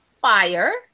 Fire